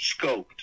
scoped